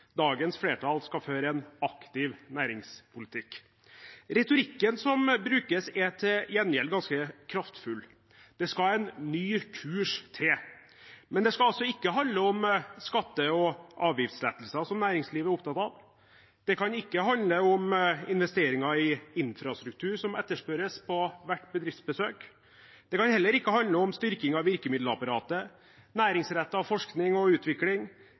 dagens flertall skal føre en aktiv næringspolitikk. Retorikken som brukes, er til gjengjeld ganske kraftfull: Det skal en ny kurs til. Men det skal altså ikke handle om skatte- og avgiftslettelser, som næringslivet er opptatt av. Det kan ikke handle om investeringer i infrastruktur, noe som etterspørres på hvert bedriftsbesøk. Det kan heller ikke handle om styrking av virkemiddelapparatet, næringsrettet forskning og utvikling,